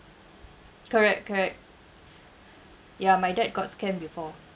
correct correct ya my dad got scammed before